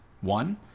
One